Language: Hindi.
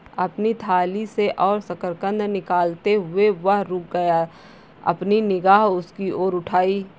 अपनी थाली से और शकरकंद निकालते हुए, वह रुक गया, अपनी निगाह उसकी ओर उठाई